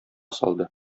салды